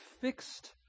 fixed